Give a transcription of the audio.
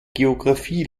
geografie